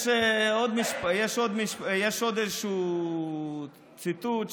יש עוד איזשהו ציטוט,